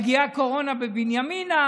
מגיעה הקורונה בבנימינה,